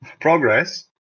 Progress